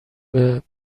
بالا